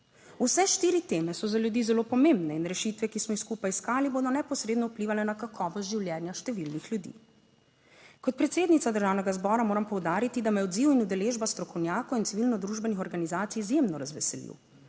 Vse štiri teme so za ljudi zelo pomembne in rešitve, ki smo jih skupaj iskali, bodo neposredno vplivale na kakovost življenja številnih ljudi. Kot predsednica Državnega zbora moram poudariti, da me je odziv in udeležba strokovnjakov in civilno družbenih organizacij izjemno razveselil.